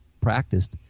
practiced